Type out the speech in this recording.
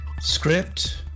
Script